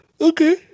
Okay